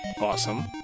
Awesome